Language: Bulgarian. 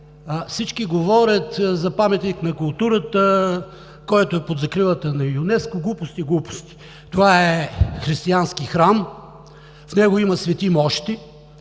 всички говорят за паметник на културата, който е под закрилата на ЮНЕСКО – глупости, глупости! Това е християнски храм, в него има свети мощи